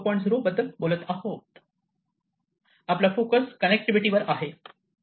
0 बद्दल बोलत आहोत आपला फोकस कनेक्टिव्हिटी वर आहे